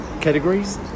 categories